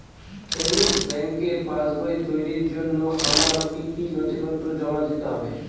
Savings ব্যাংকের পাসবই তৈরির জন্য আমার কি কি নথিপত্র জমা দিতে হবে?